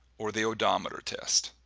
or the oedometer test.